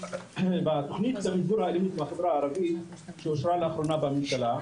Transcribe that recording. בתוכנית למיגור האלימות בחברה הערבית שאושרה לאחרונה בממשלה,